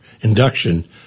induction